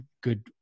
good